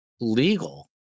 legal